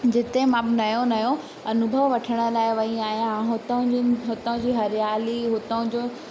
जिते मां नयों नयों अनुभव वठण लाइ वई आहियां हुतां जी हुतां जी हरियाली हुतां जो